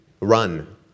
run